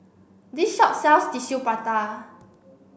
this shop sells Tissue Prata